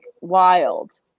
wild